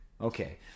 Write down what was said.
Okay